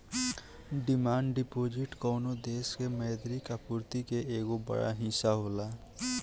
demand deposit कवनो देश के मौद्रिक आपूर्ति के एगो बड़ हिस्सा होला